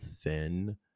thin